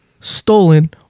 stolen